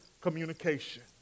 communication